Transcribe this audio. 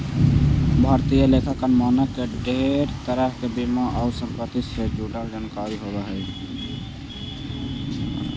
भारतीय लेखांकन मानक में ढेर तरह के बीमा आउ संपत्ति से जुड़ल जानकारी होब हई